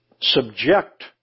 subject